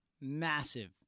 massive –